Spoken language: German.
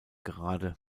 gerade